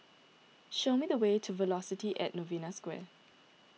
show me the way to Velocity at Novena Square